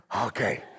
okay